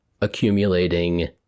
accumulating